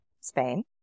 Spain